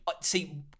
See